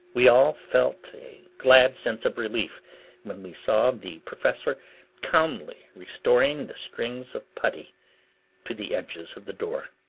we all felt a glad sense of relief when we saw the professor calmly restoring the strings of putty to the edges of the door.